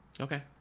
okay